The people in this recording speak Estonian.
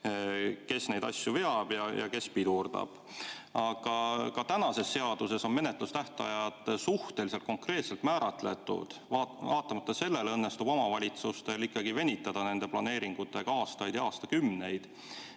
kes neid asju veab ja kes pidurdab. Aga ka tänases seaduses on menetlustähtajad suhteliselt konkreetselt määratletud. Vaatamata sellele õnnestub omavalitsustel ikkagi venitada nende planeeringutega aastaid ja aastakümneid.